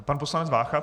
Pan poslanec Vácha.